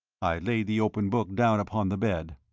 i laid the open book down upon the bed.